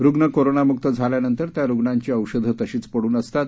रुग्ण कोरोना मुक्त झाल्यानंतर त्या रुग्णाची औषधं तशीच पडून असतात